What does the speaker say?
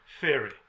theory